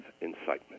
incitement